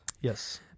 Yes